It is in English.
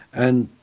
and